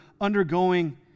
undergoing